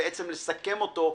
ובעצם לסכם אותו.